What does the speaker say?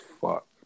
fuck